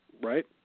right